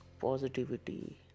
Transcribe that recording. positivity